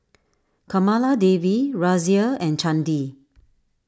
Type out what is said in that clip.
Kamaladevi Razia and Chandi